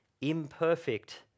imperfect